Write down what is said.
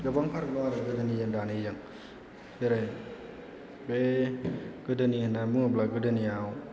गोबां फाराग दं आरो गोदोनिजों दानिजों जेरै बै गोदोनि होननानै बुङोब्ला गोदोनियाव